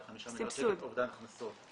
-- אלא חמישה מיליארד שקל אובדן הכנסות.